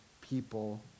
people